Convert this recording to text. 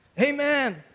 Amen